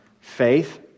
faith